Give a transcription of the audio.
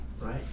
right